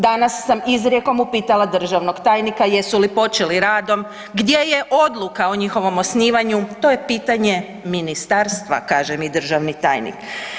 Danas sam izrijekom upitala državnog tajnika jesu li počeli radom, gdje je odluka o njihovom osnivanju, to je pitanje ministarstva, kaže mi državni tajnik.